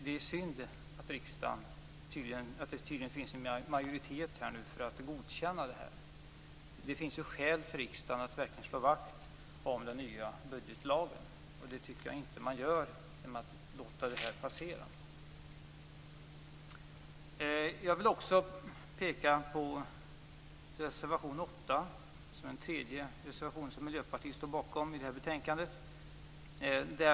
Det är synd att det tydligen finns en majoritet i riksdagen för att godkänna det här. Det finns skäl för riksdagen att verkligen slå vakt om den nya budgetlagen, och det tycker jag inte att man gör genom att låta detta passera. Jag vill också peka på reservation 8, som är den tredje reservation i detta betänkande vilken Miljöpartiet står bakom.